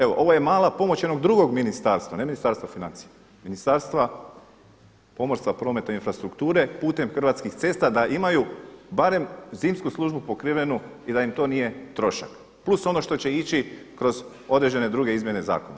Evo ovo je mala pomoć onog drugog ministarstva, ne Ministarstva financija, Ministarstva pomorstva, prometa i infrastrukture putem Hrvatskih cesta da imaju barem zimsku službu pokrivenu i da im to nije trošak, plus ono što će ići kroz određene druge izmjene zakona.